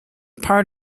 part